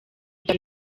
bya